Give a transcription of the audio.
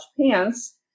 pants